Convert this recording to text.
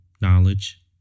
knowledge